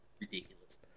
Ridiculous